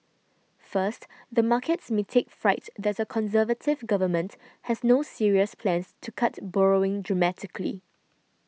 first the markets may take fright that a Conservative government has no serious plans to cut borrowing dramatically